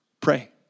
pray